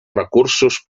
recursos